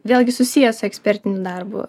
vėlgi susijęs su ekspertiniu darbu